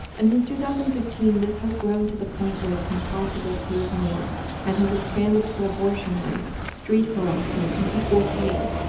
and since two thousand and fifteen, this has grown to the point where it's impossible to ignore and has expanded to abortion rights, street harassment and equal pay.